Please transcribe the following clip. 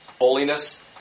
holiness